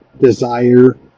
desire